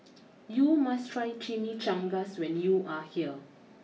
you must try Chimichangas when you are here